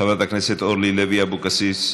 חברת הכנסת אורלי לוי אבקסיס,